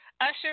Usher